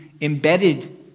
embedded